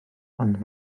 ond